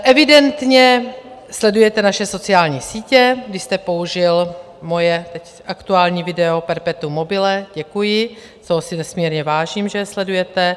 Evidentně sledujete naše sociální sítě, když jste použil moje teď aktuální video Perpetuum mobile, děkuji, toho si nesmírně vážím, že je sledujete.